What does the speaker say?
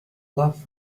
love